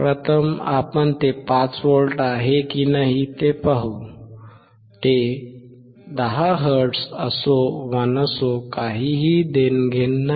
प्रथम आपण ते 5V आहे की नाही ते पाहू ते 10 हर्ट्झ असो वा नसो काहीही देणे घेणे नाही